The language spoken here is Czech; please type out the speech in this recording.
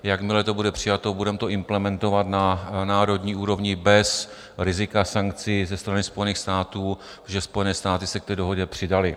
Jakmile to bude přijato, budeme to implementovat na národní úrovni bez rizika sankcí ze strany Spojených států, protože Spojené státy se k té dohodě přidaly.